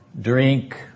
drink